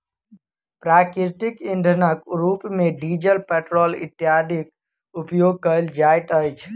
प्राकृतिक इंधनक रूप मे डीजल, पेट्रोल इत्यादिक उपयोग कयल जाइत अछि